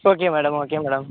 okay madam okay madam